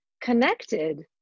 connected